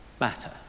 matter